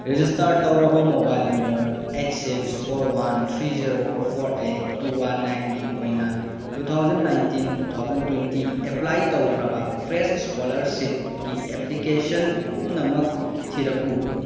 register ꯇꯧꯔꯕ mobile number eight six four one three zero four eight two one ꯅꯥꯏꯟꯒꯤ ꯑꯣꯏꯅ two thousand nineteen two thousand twenty apply ꯇꯧꯈ꯭ꯔꯕ fresh ꯏꯁꯀꯣꯂꯔꯁꯤꯞꯀꯤ application ꯄꯨꯝꯅꯃꯛ ꯊꯤꯔꯛꯎ